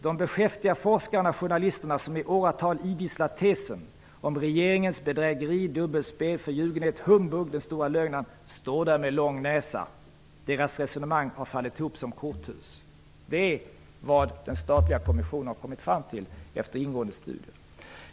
De beskäftiga forskarna och journalisterna som i åratal idisslat tesen om regeringens bedrägeri, dubbelspel, förljugenhet, humbug, den stora lögnen står där med lång näsa. Deras resonemang har fallit ihop som ett korthus. Detta är vad den statliga kommissionen har kommit fram till efter ingående studier.